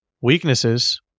Weaknesses